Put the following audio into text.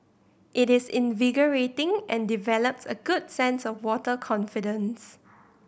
it is invigorating and develops a good sense of water confidence